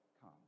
come